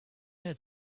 had